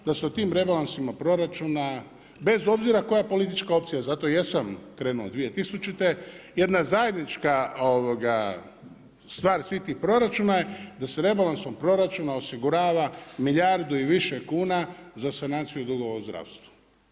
Da se o tim rebalansima proračuna bez obzira koja politička opcija zato i jesam krenuo 2000. jedna zajednička stvar svih tih proračuna je da se rebalansom proračuna osigurava milijardu i više kuna za sanaciju dugova u zdravstvu.